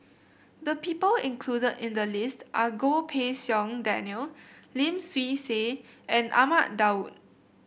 the people included in the list are Goh Pei Siong Daniel Lim Swee Say and Ahmad Daud